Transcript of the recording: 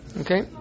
Okay